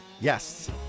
Yes